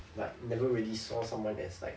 but never really saw someone as like